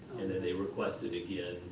and then they requested again,